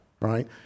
right